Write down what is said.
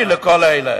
הפיצוי לכל אלה.